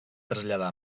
traslladar